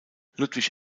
ludwig